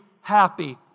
happy